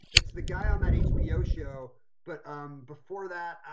it's the guy on that hbo show. but um before that,